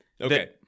Okay